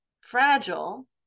fragile